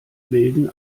bilden